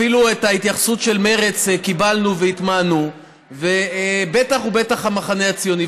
אפילו את ההתייחסות של מרצ קיבלנו והטמענו ובטח ובטח של המחנה הציוני.